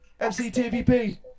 MCTVP